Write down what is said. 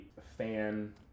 fan